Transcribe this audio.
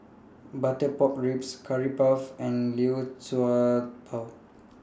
Butter Pork Ribs Curry Puff and Liu Sha Bao